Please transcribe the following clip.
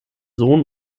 sohn